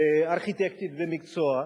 ארכיטקטית במקצועה,